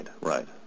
right